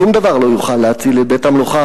שום דבר לא יוכל להציל את בית-המלוכה